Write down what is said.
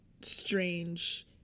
strange